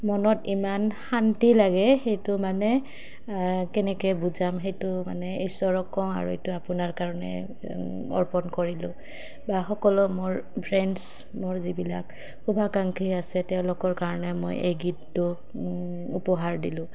মনত ইমান শান্তি লাগে সেইটো মানে কেনেকৈ বুজাম সেইটো মানে ঈশ্বৰক কওঁ আৰু এইটো আপোনাৰ কাৰণে অৰ্পণ কৰিলোঁ বা সকলো মোৰ ফ্ৰেণ্ডছ মোৰ যিবিলাক শুভাকাংক্ষী আছে তেওঁলোকৰ কাৰণে মই এই গীতটো উপহাৰ দিলোঁ